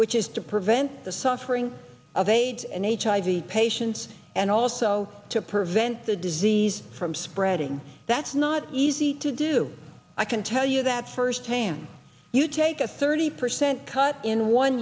which is to prevent the suffering of aids and hiv patients and also to prevent the disease from spreading that's not easy to do i can tell you that firsthand you take a thirty percent cut in one